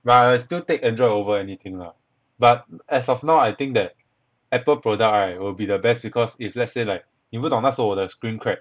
but I still take android over anything lah but as of now I think that apple product right will be the best because if let's say like 你不懂那时候我的 screen crack